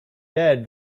dead